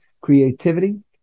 creativity